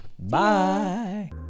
Bye